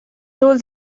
told